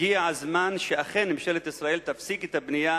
הגיע הזמן שאכן ממשלת ישראל תפסיק את הבנייה,